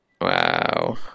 Wow